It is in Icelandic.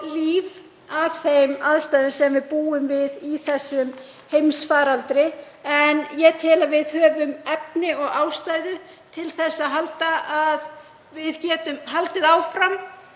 líf að þeim aðstæðum sem við búum við í þessum heimsfaraldri. En ég tel að við höfum efni og ástæðu til að geta haldið áfram